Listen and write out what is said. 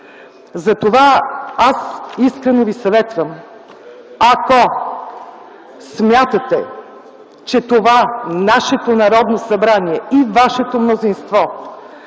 Затова аз искрено ви съветвам – ако смятате, че нашето Народно събрание и вашето мнозинство